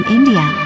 India